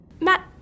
Matt